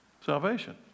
salvation